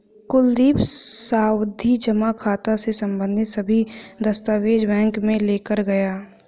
कुलदीप सावधि जमा खाता से संबंधित सभी दस्तावेज बैंक में लेकर गया